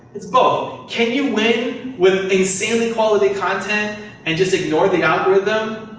it's both. can you win with insanely quality content and just ignore the algorithm?